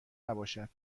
نباشد